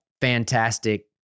fantastic